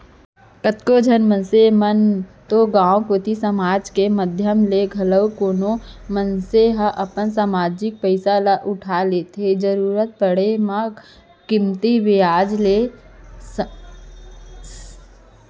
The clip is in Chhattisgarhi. कतको झन मनसे मन तो गांव कोती समाज के माधियम ले घलौ कोनो मनसे ह अपन समाजिक पइसा ल उठा लेथे जरुरत पड़े म कमती बियाज के संग